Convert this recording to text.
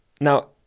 Now